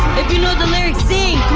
if you know the lyrics, sing!